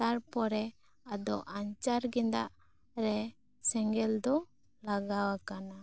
ᱛᱟᱨᱯᱚᱨᱮ ᱟᱫᱚ ᱟᱸᱪᱟᱨ ᱜᱮᱸᱫᱟᱜ ᱨᱮ ᱥᱮᱸᱜᱮᱞ ᱫᱚ ᱞᱟᱜᱟᱣ ᱟᱠᱟᱱᱟ